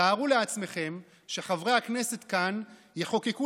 תארו לעצמכם שחברי הכנסת כאן יחוקקו,